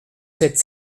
sept